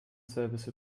service